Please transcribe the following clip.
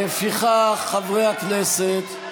לפיכך, חברי הכנסת,